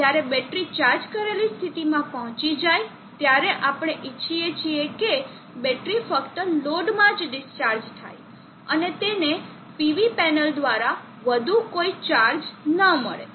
જ્યારે battery charge કરેલી સ્થિતિમાં પહોંચી જાય ત્યારે આપણે ઇચ્છીએ છીએ કે બેટરી ફક્ત લોડમાં જ ડિસ્ચાર્જ થાય અને તેને PV પેનલ દ્વારા વધુ કોઈ ચાર્જ ન મળે